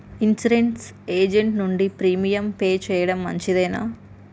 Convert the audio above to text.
Insurance agent నుండి premium pay చేయడం మంచిదేనా?